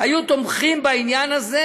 היו תומכים בעניין הזה,